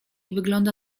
wygląda